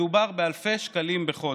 מדובר באלפי שקלים בחודש.